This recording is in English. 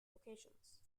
locations